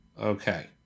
Okay